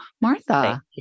Martha